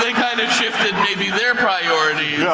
ah kind of shifted, maybe their priorities,